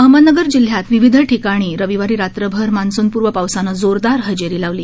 अहमदनगर जिल्ह्यात विविध ठिकाणी रविवारी रात्रभर मान्सूनपूर्व पावसाने जोरदार हजेरी लावली